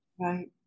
Right